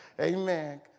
Amen